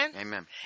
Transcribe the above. Amen